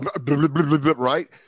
right